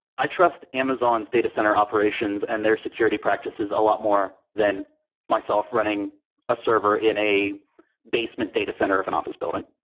i trust amazon's data center operations and their security practices a lot more than myself running a server in a basement data center of an office building.